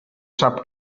sap